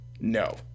No